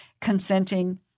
consenting